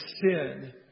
sin